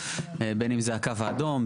בין אם זה הקו האדום,